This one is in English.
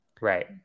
right